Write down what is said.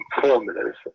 formulas